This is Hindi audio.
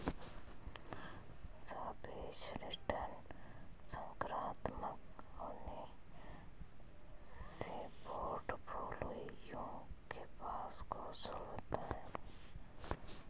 सापेक्ष रिटर्न सकारात्मक होने से पोर्टफोलियो के पास कौशल होता है